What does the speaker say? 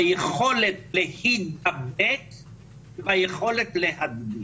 ביכולת להידבק והיכולת להדביק.